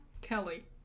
Kelly